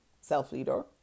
self-leader